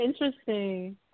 interesting